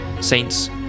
saints